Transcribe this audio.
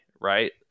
Right